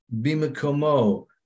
Bimakomo